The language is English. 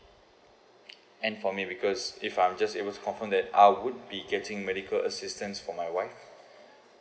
end for me because if I'm just able to confirm that I would be getting medical assistance for my wife